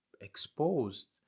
exposed